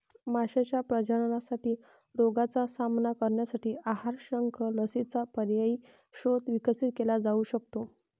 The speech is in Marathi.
माशांच्या प्रजननासाठी रोगांचा सामना करण्यासाठी आहार, शंख, लसींचा पर्यायी स्रोत विकसित केला जाऊ शकतो